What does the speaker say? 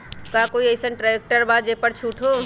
का कोइ अईसन ट्रैक्टर बा जे पर छूट हो?